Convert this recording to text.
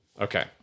Okay